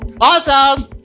Awesome